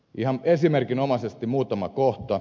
ihan esimerkinomaisesti muutama kohta